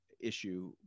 issue